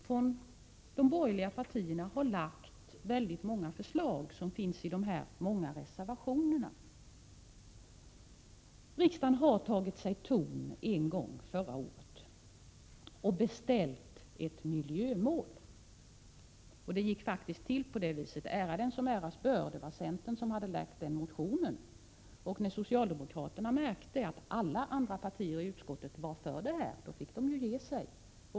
Från de borgerliga partierna har vi lagt fram många förslag, som återfinns i dessa många reservationer. Riksdagen har tagit sig ton en gång förra året och beställt ett miljömål. Ära den som äras bör — det var centern som då hade väckt motionen. När socialdemokraterna märkte att alla andra partier i utskottet var för detta förslag, fick de ge sig.